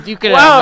wow